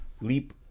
leap